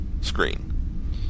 screen